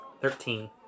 thirteen